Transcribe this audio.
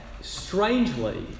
strangely